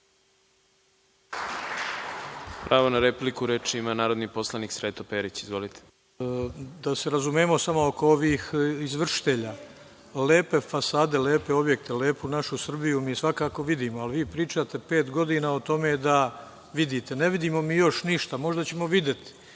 Pravo na repliku. Reč ima narodni poslanik Sreto Perić. **Sreto Perić** Da se razumemo samo oko ovih izvršitelja. Lepe fasade, lepe objekte, lepu našu Srbiju mi svakako vidimo, ali vi pričate pet godina o tome da vidite. Ne vidimo mi još ništa, možda ćemo videti.